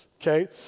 Okay